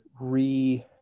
re